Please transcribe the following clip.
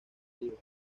rio